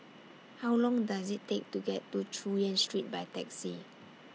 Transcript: How Long Does IT Take to get to Chu Yen Street By Taxi